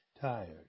tired